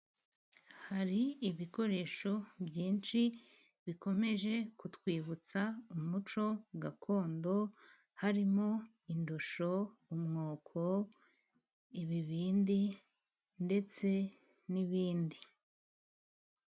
Hari ibikoresho byinshi bikomeje kutwibutsa umuco gakondo. Harimo indoshyo, umwuko, ibibindi ndetse n'ibindi.